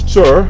Sir